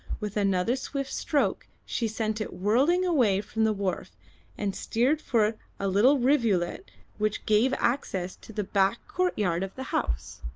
with another swift stroke she sent it whirling away from the wharf and steered for a little rivulet which gave access to the back courtyard of the house.